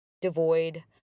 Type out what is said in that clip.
devoid